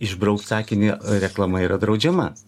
išbraukt sakinį reklama yra draudžiamas